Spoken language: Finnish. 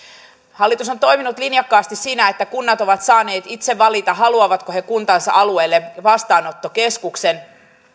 hallitus on toiminut linjakkaasti siinä että kunnat ovat saaneet itse valita haluavatko ne kuntansa alueelle vastaanottokeskuksen